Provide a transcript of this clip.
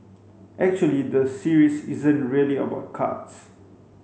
actually the series isn't really about cards